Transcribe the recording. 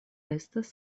estas